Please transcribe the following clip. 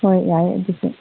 ꯍꯣꯏ ꯌꯥꯏꯌꯦ ꯑꯗꯨꯁꯨ